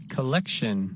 Collection